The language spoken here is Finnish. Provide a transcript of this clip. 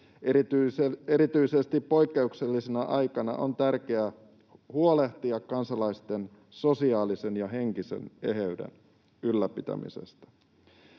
Erityisesti poikkeuksellisena aikana on tärkeää huolehtia kansalaisten sosiaalisen ja henkisen eheyden ylläpitämisestä.